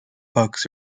bugs